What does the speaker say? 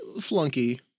flunky